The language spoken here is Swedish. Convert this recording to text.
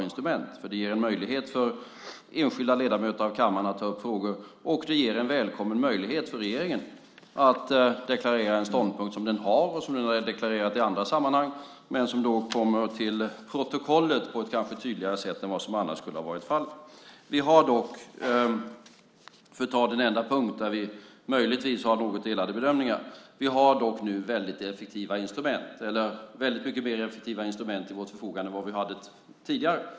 Det ger en möjlighet för enskilda ledamöter av kammaren att ta upp frågor, och det ger regeringen en välkommen möjlighet att deklarera en ståndpunkt som den har och har deklarerat i andra sammanhang och som då kommer till protokollet på ett tydligare sätt än annars. Det finns en punkt där vi möjligtvis har något delade bedömningar. Vi har nu väldigt effektiva instrument till vårt förfogande, i alla fall väldigt mycket effektivare än tidigare.